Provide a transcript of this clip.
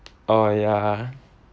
oh yeah